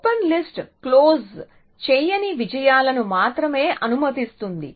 open list close చేయని విజయాలను మాత్రమే అనుమతిస్తుంది